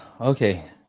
okay